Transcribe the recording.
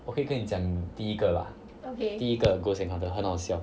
我可以跟你讲第一个吧第一个 ghost another 很好笑